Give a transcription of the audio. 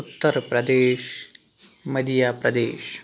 Uttar Pradesh Madhya Pradesh